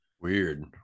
weird